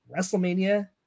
WrestleMania